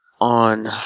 On